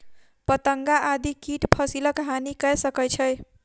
पतंगा आदि कीट फसिलक हानि कय सकै छै